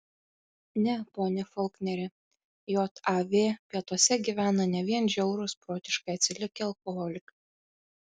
ne pone folkneri jav pietuose gyvena ne vien žiaurūs protiškai atsilikę alkoholikai